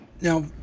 Now